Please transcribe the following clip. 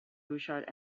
bouchard